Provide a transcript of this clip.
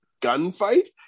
gunfight